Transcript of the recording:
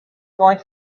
going